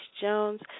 Jones